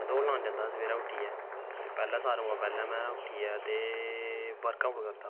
दौड़ लान जंदा हा सवेरैं उट्ठियै ते पैह्लैं सारैं कोला पैह्लैं में उट्ठि यै ते बर्क अउट करदा हा